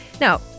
Now